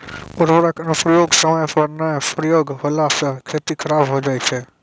उर्वरक अनुप्रयोग समय पर नाय प्रयोग होला से खेती खराब हो जाय छै